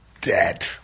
dead